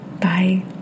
Bye